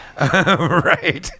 Right